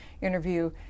interview